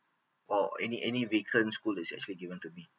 or any any vacant school that's actually given to me